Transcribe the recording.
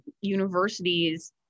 universities